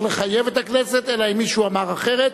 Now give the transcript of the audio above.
לחייב את הכנסת אלא אם כן מישהו אמר אחרת,